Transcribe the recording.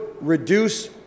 reduce